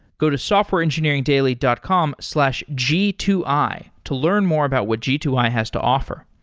go to softwareengineeringdaily dot com slash g two i to learn more about what g two i has to offer.